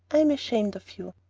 i am ashamed of you.